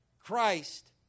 Christ